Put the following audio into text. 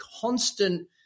constant